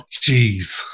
jeez